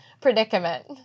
predicament